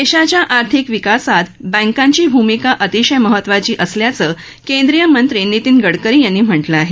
देशाच्या आर्थिक विकासात बँकांची भूमिका अतिशय महत्त्वाची असल्याचं केंद्रीय मंत्री नितीन गडकरी यांनी म्हटलं आहे